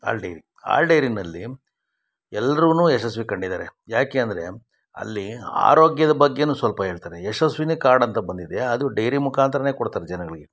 ಹಾಲು ಡೈರಿ ಹಾಲ್ ಡೈರಿನಲ್ಲಿ ಎಲ್ರೂ ಯಶಸ್ವಿ ಕಂಡಿದ್ದಾರೆ ಯಾಕೆ ಅಂದರೆ ಅಲ್ಲಿ ಆರೋಗ್ಯದ ಬಗ್ಗೆನೂ ಸ್ವಲ್ಪ ಹೇಳ್ತಾರೆ ಯಶಸ್ವಿನಿ ಕಾರ್ಡ್ ಅಂತ ಬಂದಿದೆ ಅದು ಡೈರಿ ಮುಖಾಂತರನೇ ಕೊಡ್ತಾರೆ ಜನಗಳಿಗೆ